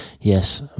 Yes